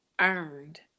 earned